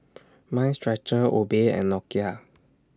Mind Stretcher Obey and Nokia